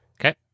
Okay